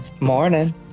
morning